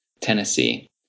Tennessee